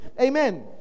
Amen